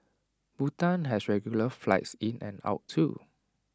Bhutan has regular flights in and out too